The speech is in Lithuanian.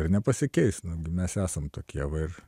ir nepasikeis mes esam tokie va ir